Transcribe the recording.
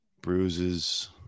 Bruises